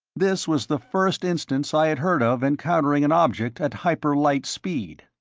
this was the first instance i had heard of encountering an object at hyper light speed.